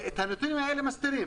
את הנתונים האלה מסתירים.